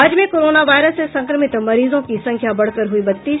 राज्य में corona virus से संक्रमित मरीजों की संख्या बढ़कर हुयी बत्तीस